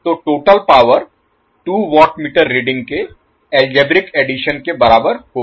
तो total power 2 watt meter reading के algebraic addition के बराबर होगी